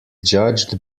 judged